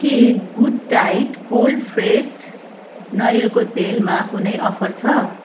के good diet cold fresh नरियलको तेलमा कुनै अफर छ